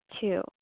Two